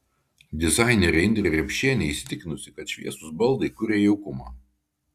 dizainerė indrė riepšienė įsitikinusi kad šviesūs baldai kuria jaukumą